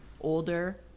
older